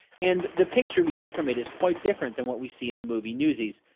and the picture we get from it is quite different than what we see in the movie newsies.